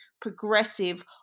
progressive